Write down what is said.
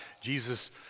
Jesus